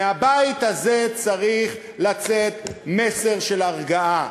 מהבית הזה צריך לצאת מסר של הרגעה,